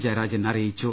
ജയരാജൻ അറിയിച്ചു